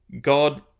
God